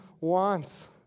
wants